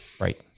Right